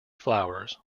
flowers